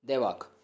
देवाक